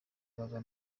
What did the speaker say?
baba